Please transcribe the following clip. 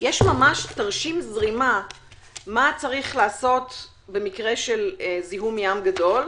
יש תרשים זרימה מה צריך לעשות במקרה של זיהום ים גדול.